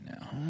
now